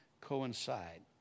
coincide